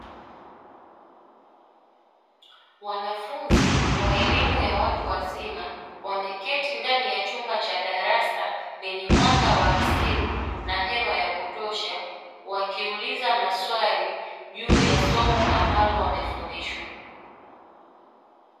Wanafunzi wa elimu ya watu wazima wameketi ndani ya chumba cha darasa lenye mwanga wa asili na hewa ya kutosha, wakiuliza maswali juu somo ambalo wamefundishwa.